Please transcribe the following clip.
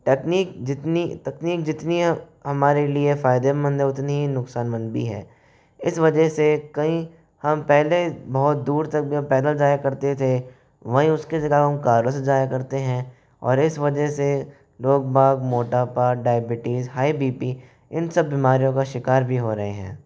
technique जितनी तकनीक जितनी हमारे लिए फायदेमंद है उतनी ही नुकसानमंद भी है इस वजह से कई हम पहले बहुत दूर तक भी पैदल जाया करते थे वहीं उसकी जगह हम कारों से जाया करते हैं और इस वजह से लोग बाग मोटापा डायबिटीज हाई बी पी इन सब बीमारियों का शिकार भी हो रहे हैं